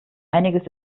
einiges